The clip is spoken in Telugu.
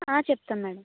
చెప్తాను మేడం